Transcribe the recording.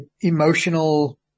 emotional